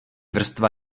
vrstva